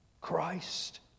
Christ